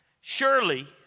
Surely